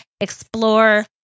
explore